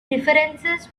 references